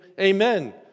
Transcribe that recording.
Amen